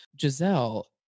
Giselle